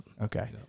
Okay